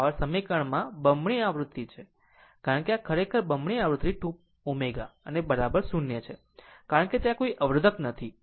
આમ પાવર સમીકરણમાં બમણી આવૃત્તિ છે કારણ કે આ ખરેખર બમણી આવૃત્તિ 2 ω અને 0 છે કારણ કે ત્યાં કોઈ અવરોધક નથી